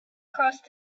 crossed